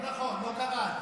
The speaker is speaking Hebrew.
לא נכון, לא קראת.